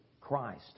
Christ